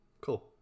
cool